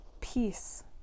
peace